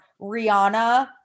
Rihanna